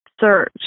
search